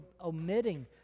omitting